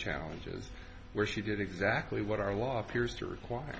challenges where she did exactly what our law appears to require